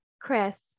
chris